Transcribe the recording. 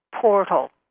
portal